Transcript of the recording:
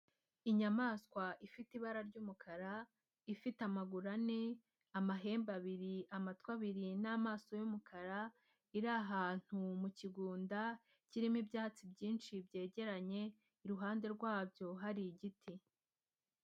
Inyamaswa ifite ibara ry'umukara, ifite amaguru ane, amahembe abiri, amatwi abiri n'amaso y'umukara iri ahantu mu kigunda kirimo ibyatsi byinshi byegeranye, iruhande rwabyo hari igiti.